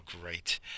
great